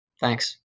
Thanks